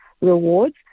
rewards